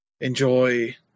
enjoy